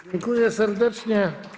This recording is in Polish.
Dziękuję serdecznie.